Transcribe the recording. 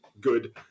good